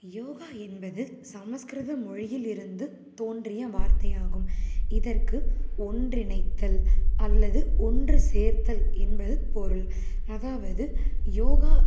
யோகா என்பது சமஸ்கிரதம் மொழியிலிருந்து தோன்றிய வார்த்தையாகும் இதற்கு ஒன்றிணைத்தல் அல்லது ஒன்றுசேர்த்தல் என்பது பொருள் அதாவது யோகா